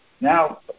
now